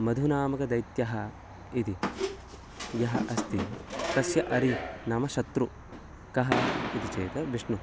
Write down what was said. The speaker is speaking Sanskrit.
मधुः नामकः दैत्यः इति यः अस्ति तस्य अरिः नाम शत्रुः कः इति चेत् विष्णुः